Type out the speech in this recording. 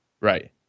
Right